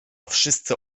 wszyscy